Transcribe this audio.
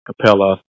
Capella